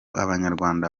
abanyarwanda